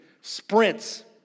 Sprints